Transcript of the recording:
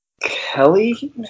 Kelly